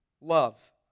Love